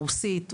רוסית,